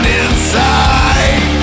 inside